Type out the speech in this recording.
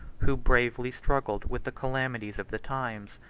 who bravely struggled with the calamities of the times.